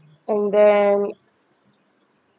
and then